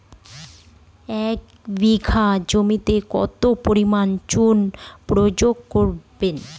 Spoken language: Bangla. এক বিঘা জমিতে কত পরিমাণ চুন প্রয়োগ করব?